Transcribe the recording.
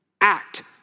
act